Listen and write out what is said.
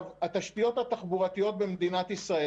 התשתיות התחבורתיות במדינת ישראל,